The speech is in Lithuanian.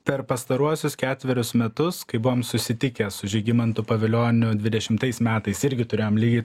per pastaruosius ketverius metus kai buvom susitikę su žygimantu pavilioniu dvidešimtais metais irgi turėjom lygiai